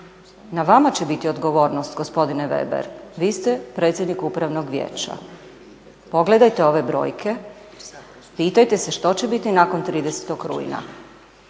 Na vama će biti odgovornost gospodine Weber, vi ste predsjednik Upravnog vijeća. Pogledajte ove brojke, pitajte se što će biti nakon 30. rujna.